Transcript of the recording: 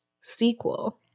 sequel